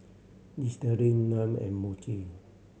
Listerine Nan and Muji